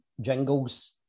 jingles